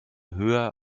höher